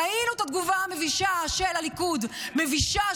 ראינו את התגובה המבישה של הליכוד, מבישה.